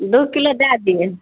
दू किलो दै दियै